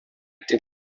tik